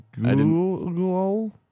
Google